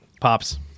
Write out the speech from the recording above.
Pops